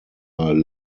are